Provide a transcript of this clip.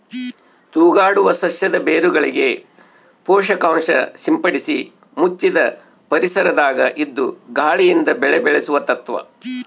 ತೂಗಾಡುವ ಸಸ್ಯದ ಬೇರುಗಳಿಗೆ ಪೋಷಕಾಂಶ ಸಿಂಪಡಿಸಿ ಮುಚ್ಚಿದ ಪರಿಸರದಾಗ ಇದ್ದು ಗಾಳಿಯಿಂದ ಬೆಳೆ ಬೆಳೆಸುವ ತತ್ವ